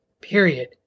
period